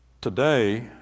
Today